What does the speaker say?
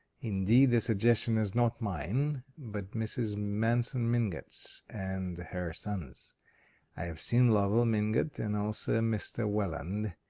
indeed, the suggestion is not mine but mrs. manson mingott's and her son's. i have seen lovell mingott and also mr. welland.